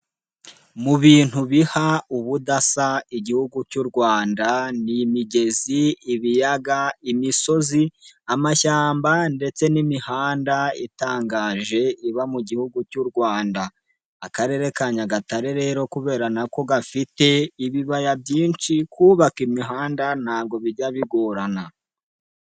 Mu bintu biha ubudasa Igihugu cy'u Rwanda ni imigezi, ibiyaga, imisozi, amashyamba ndetse n'imihanda itangaje iba mu gihugu cy'u Rwanda, Akarere ka Nyagatare rero kubera ko gafite ibibaya byinshi kubaka imihanda ntabwo bijya bigorana.